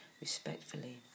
respectfully